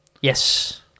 Yes